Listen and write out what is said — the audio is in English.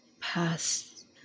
past